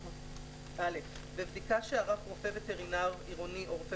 לפי העניין: (א)בבדיקה שערך רופא וטרינר עירוני או רופא